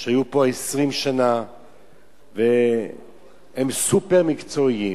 שהיו פה 20 שנה והם סופר-מקצועיים,